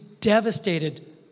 devastated